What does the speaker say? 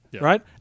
right